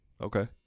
Okay